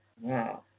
Wow